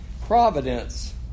providence